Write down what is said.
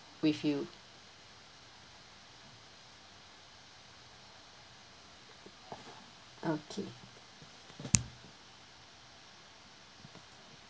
with you okay